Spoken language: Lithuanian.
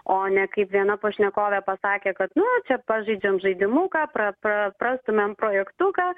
o ne kaip viena pašnekovė pasakė kad nu čia pažaidžiam žaidimuką pra pra prastumiam projektuką